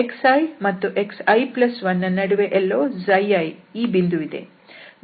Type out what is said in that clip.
xi ಮತ್ತು xi1 ನ ನಡುವೆ ಎಲ್ಲೋ i ಈ ಬಿಂದುವಿದೆ